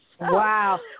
Wow